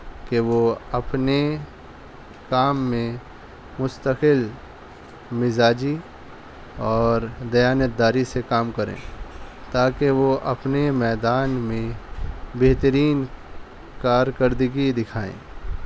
کہ وہ اپنے کام میں مستقل مزاجی اور دیانت داری سے کام کریں تاکہ وہ اپنے میدان میں بہترین کارکردگی دکھائیں